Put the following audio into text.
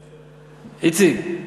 איציק,